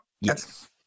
Yes